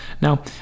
Now